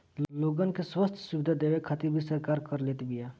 लोगन के स्वस्थ्य सुविधा देवे खातिर भी सरकार कर लेत बिया